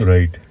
Right